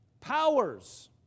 powers